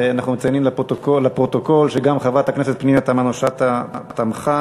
ואנחנו מציינים לפרוטוקול שגם חברת הכנסת פנינה תמנו-שטה תמכה,